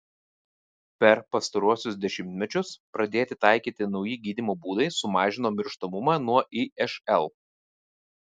per pastaruosius dešimtmečius pradėti taikyti nauji gydymo būdai sumažino mirštamumą nuo išl